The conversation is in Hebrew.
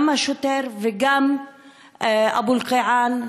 גם השוטר וגם אבו אל-קיעאן,